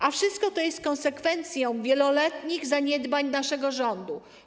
A wszystko to jest konsekwencją wieloletnich zaniedbań naszego rządu.